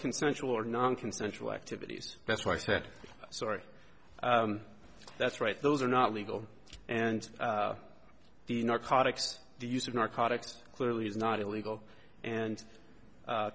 consensual or nonconsensual activities that's why i said sorry that's right those are not legal and the narcotics the use of narcotics clearly is not illegal and